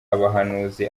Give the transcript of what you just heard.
abahanuzi